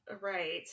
right